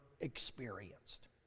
experienced